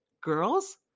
Girls